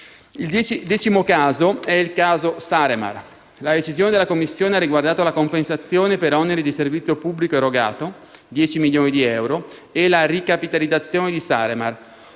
Il decimo caso riguarda Saremar: la decisione della Commissione ha riguardato la compensazione per oneri di servizio pubblico erogata (10 milioni di euro) e la ricapitalizzazione di Saremar